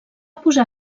posar